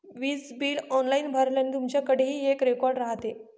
वीज bill online भरल्याने, तुमच्याकडेही एक रेकॉर्ड राहते